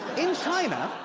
in china,